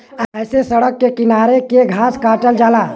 ऐसे सड़क के किनारे के घास काटल जाला